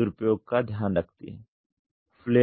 दुरूपयोग का ध्यान रखती हैं